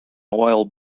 oil